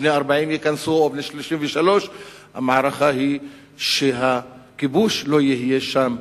שבני 40 ייכנסו או בני 33. המערכה היא שהכיבוש לא יהיה שם.